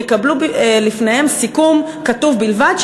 יקבלו לפניהם סיכום כתוב בלבד,